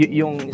yung